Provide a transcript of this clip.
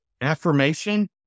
Affirmation